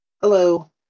Hello